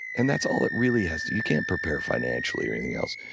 and that's all it really has to you can't prepare financially or anything else.